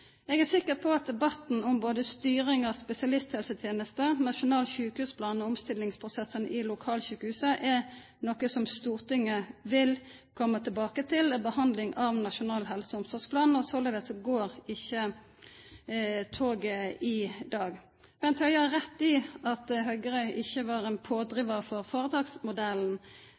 Eg er sikker på at debatten om både styring av spesialisthelsetenesta, nasjonal sjukehusplan og omstillingsprosessane i lokalsjukehusa er noko som Stortinget vil koma tilbake til ved behandling av Nasjonal helse- og omsorgsplan. Såleis går ikkje toget i dag. Bent Høie har rett i at Høgre ikkje var ein pådrivar for